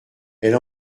elle